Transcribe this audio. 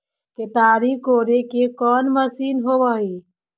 केताड़ी कोड़े के कोन मशीन होब हइ?